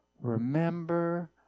Remember